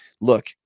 look